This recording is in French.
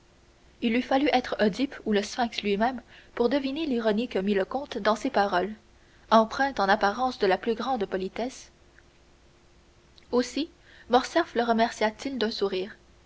il eût fallu être oedipe ou le sphinx lui-même pour deviner l'ironie que mit le comte dans ces paroles empreintes en apparence de la plus grande politesse aussi morcerf le remercia t il d'un sourire